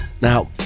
Now